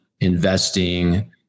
investing